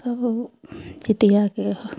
तब जीतियाके